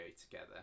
together